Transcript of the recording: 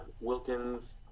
Wilkins